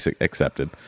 accepted